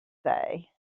say